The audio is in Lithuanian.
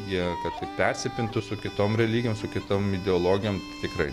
jie kad taip persipintų su kitom religijom su kitom ideologijom tikrai